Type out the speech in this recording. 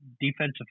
defensive